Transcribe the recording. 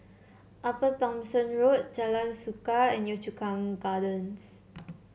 Upper Thomson Road Jalan Suka and Yio Chu Kang Gardens